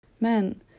Men